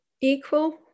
equal